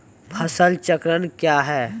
फसल चक्रण कया हैं?